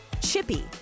chippy